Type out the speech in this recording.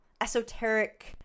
esoteric